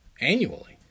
annually